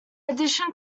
addition